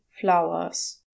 flowers